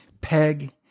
Peg